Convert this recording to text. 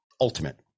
ultimate